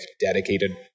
dedicated